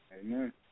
Amen